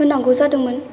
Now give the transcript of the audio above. होनांगौ जादोंमोन